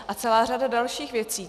A celá řada dalších věcí.